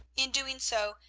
in doing so,